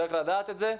צריך לדעת את זה,